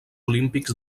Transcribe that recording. olímpics